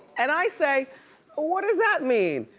and i say what does that mean?